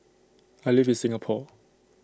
I live in Singapore